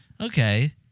okay